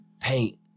Paint